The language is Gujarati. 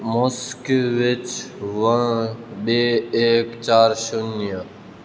મોસ્કયુ વિચ વન બે એક ચાર શૂન્ય